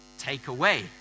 takeaway